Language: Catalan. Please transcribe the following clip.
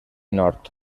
nord